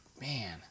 Man